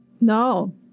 no